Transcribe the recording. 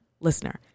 Listener